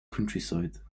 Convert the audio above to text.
countryside